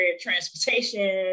transportation